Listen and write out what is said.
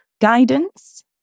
Guidance